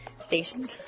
station